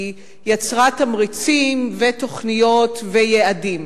היא יצרה תמריצים ותוכניות ויעדים.